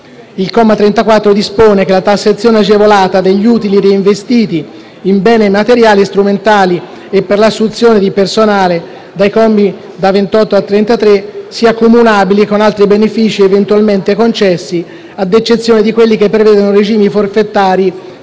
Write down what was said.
Il comma 34 dispone che la tassazione agevolata degli utili reinvestiti in beni materiali strumentali e per l'assunzione di personale, di cui ai commi da 28 a 33, sia cumulabile con altri benefici eventualmente concessi, ad eccezione di quelli che prevedono regimi forfetari